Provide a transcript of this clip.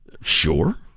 Sure